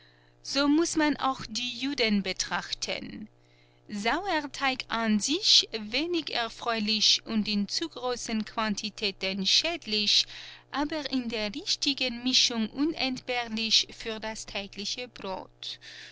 so müßte man auch die juden betrachten sauerteig an sich wenig erfreulich und in zu großen quantitäten schädlich aber in der richtigen mischung unentbehrlich für das tägliche brot